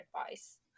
advice